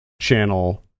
channel